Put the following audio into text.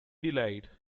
delayed